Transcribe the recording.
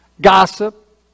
gossip